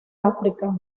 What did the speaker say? áfrica